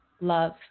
love